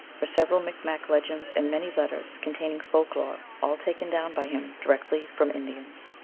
for several micmac legends and many letters containing folk-lore, all taken down by him directly from indians.